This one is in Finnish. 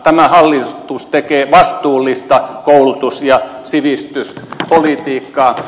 tämä hallitus tekee vastuullista koulutus ja sivistyspolitiikkaa